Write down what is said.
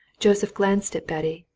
joseph glanced at betty,